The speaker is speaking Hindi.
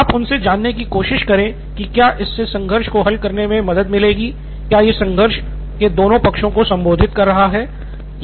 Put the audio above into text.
आप उनसे जानने की कोशिश करे की क्या इससे संघर्ष को हल करने मे मदद मिलेगी क्या यह संघर्ष के दोनों पक्षों को संबोधित कर रहा है